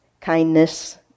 kindness